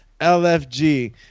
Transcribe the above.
LFG